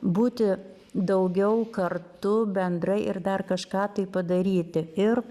būti daugiau kartu bendrai ir dar kažką tai padaryti ir